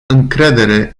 încredere